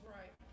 right